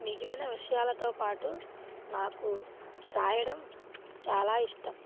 మిగిలిన విషయాలతో పాటు నాకు రాయడం చాలా ఇష్టం